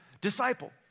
disciple